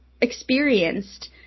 experienced